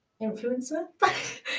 influencer